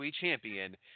champion